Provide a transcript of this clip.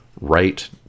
right